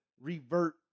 revert